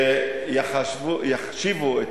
שיחשיבו,